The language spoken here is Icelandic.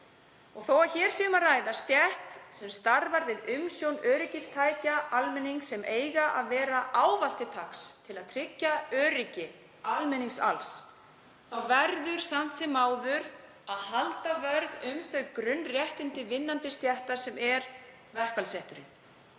Þó að um sé að ræða stétt sem starfar við umsjón öryggistækja almennings sem eiga ávallt að vera til taks til að tryggja öryggi almennings, þá verður samt sem áður að standa vörð um þau grunnréttindi vinnandi stétta sem verkfallsrétturinn